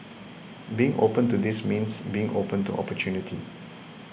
being open to this means being open to opportunity